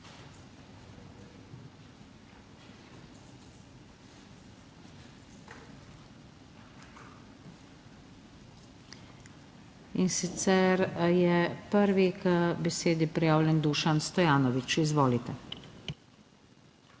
In sicer je prvi k besedi prijavljen Dušan Stojanović. Izvolite.